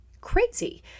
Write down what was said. crazy